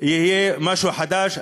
יהיה משהו חדש,